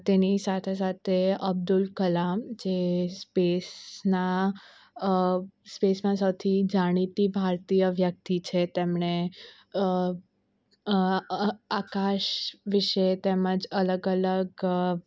તેની સાથે સાથે અબ્દુલ કલામ જે સ્પેસના સ્પેસના સૌથી જાણીતી ભારતીય વ્યક્તિ છે તેમણે આકાશ વિશે તેમજ અલગ અલગ